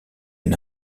une